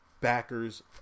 backers